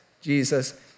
Jesus